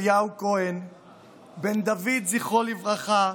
בן דוד, זכרו לברכה,